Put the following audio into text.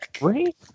right